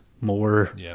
more